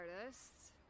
artists